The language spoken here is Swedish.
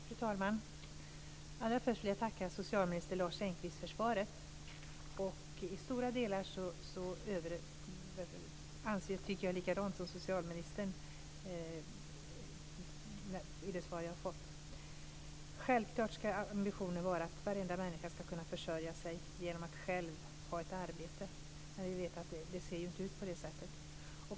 Fru talman! Allra först vill jag tacka socialminister Lars Engqvist för svaret. I stora delar tycker jag likadant som socialministern i det svar jag fått. Självklart ska ambitionen vara att varenda människa ska kunna försörja sig genom att själv ha ett arbete. Men vi vet att det inte ser ut på det sättet.